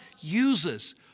uses